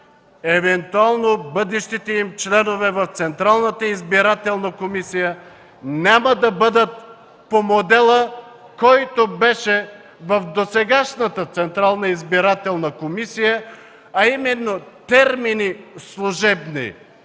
евентуално бъдещите им членове в Централната избирателна комисия няма да бъдат по модела, който беше в досегашната Централна избирателна комисия, а именно термини – „служебни“